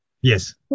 Yes